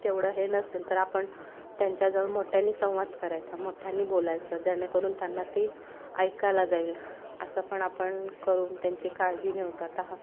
तेवढं हे नसेल तर आपण त्यांच्याजवळ मोठ्याने संवाद करायचा मोठ्याने बोलायचं जेणेकरून त्यांना ते ऐकायला जाईल असं पण आपण करून त्यांची काळजी घेऊत आता हा